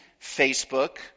Facebook